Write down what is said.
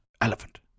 elephant